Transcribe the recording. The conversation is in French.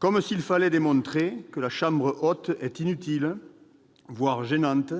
Comme s'il fallait démontrer que la Haute Assemblée est inutile, voire gênante,